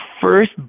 first